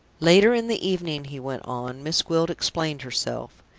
later in the evening, he went on, miss gwilt explained herself.